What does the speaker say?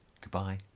Goodbye